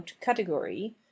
category